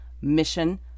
mission